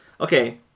Okay